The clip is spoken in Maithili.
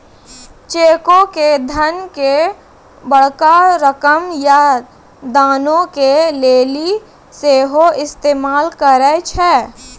चेको के धन के बड़का रकम या दानो के लेली सेहो इस्तेमाल करै छै